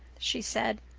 she said.